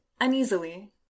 uneasily